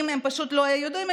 אם הם פשוט היו יודעים,